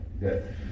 good